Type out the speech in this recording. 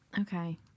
Okay